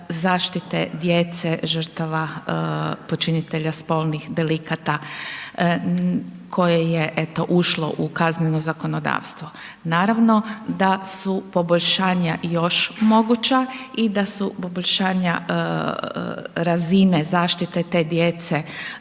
zaštite djece žrtava počinitelja spolnih delikata koje je, eto, ušlo u Kazneno zakonodavstvo. Naravno da su poboljšanja još moguća i da su poboljšanja razine zaštite te djece